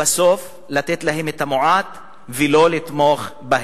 ובסוף לתת להם את המועט ולא לתמוך בהם.